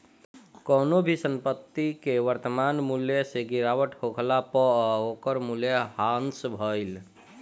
कवनो भी संपत्ति के वर्तमान मूल्य से गिरावट होखला पअ ओकर मूल्य ह्रास भइल